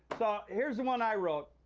here's the one i wrote.